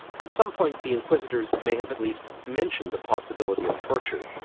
at some point the inquisitors may have at least mentioned the possibility of torture,